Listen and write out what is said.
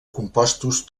compostos